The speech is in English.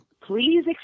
please